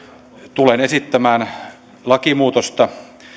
tulen esittämään lakimuutosta